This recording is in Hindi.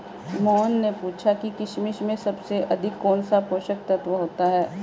मोहन ने पूछा कि किशमिश में सबसे अधिक कौन सा पोषक तत्व होता है?